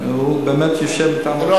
הוא באמת יושב אתנו.